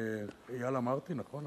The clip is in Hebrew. אייל אמרתי, נכון?